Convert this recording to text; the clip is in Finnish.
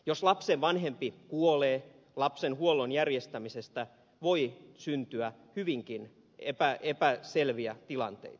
jos lapsen vanhempi kuolee lapsen huollon järjestämisestä voi syntyä hyvinkin epäselviä tilanteita